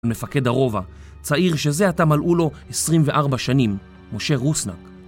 מפקד הרובע, צעיר שזה עתה מלאו לו 24 שנים, משה רוסנק.